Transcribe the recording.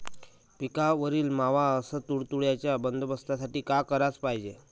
पिकावरील मावा अस तुडतुड्याइच्या बंदोबस्तासाठी का कराच पायजे?